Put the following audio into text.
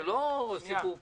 זה לא סיפור פשוט.